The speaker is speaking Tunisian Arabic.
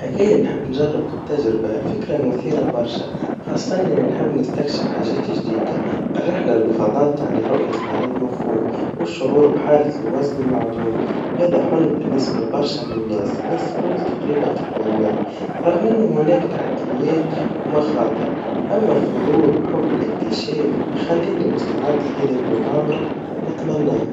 أكيد نحب نجرب التجربا, الفكرا مثيرا برشا, خاصا اللي نحب نستكشف حاجت جديدا, الرحلا للفضا تعني رؤية الأرض من فوق, والشعور بحالة الوزن المعدوم, وهذا حلم بالنسبا لبرشا من الناس, الناس الكل تقريباً تتمناه, رغم انه هناك تحدياات, ومخاطر, أما الفضول وحب الإكتشاف, يخليني مستعد لهذي المغامرا, ونتمناها.